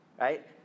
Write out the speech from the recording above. right